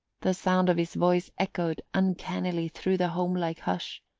the sound of his voice echoed uncannily through the homelike hush,